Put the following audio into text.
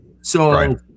So-